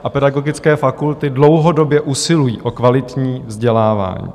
A pedagogické fakulty dlouhodobě usilují o kvalitní vzdělávání.